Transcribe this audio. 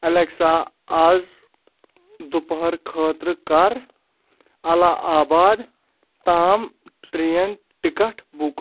Alexa آز دُپہر خٲطرٕ کر اللہ آباد تام ٹرین ٹکٹ بُک